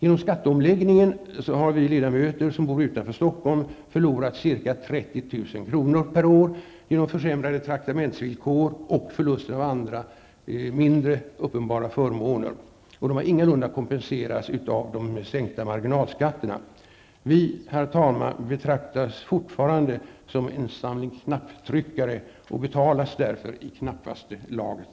Efter skatteomläggningen har vi ledamöter som bor utanför Stockholm förlorat ca 30 000 kr. per år genom försämrade traktamentsvillkor och förluster av andra, mindre uppenbara förmåner, och dessa har ingalunda kompenserats av de sänkta marginalskatterna. Vi betraktas fortfarande, herr talman, som en samling knapptryckare och betalas därför i knappaste laget.